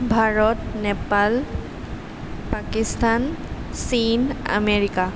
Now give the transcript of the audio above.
Bharat Nepal Pakistan Chin America